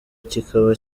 kikaba